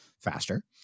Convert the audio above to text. faster